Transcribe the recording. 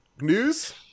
News